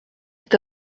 est